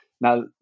Now